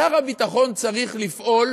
שר הביטחון צריך לפעול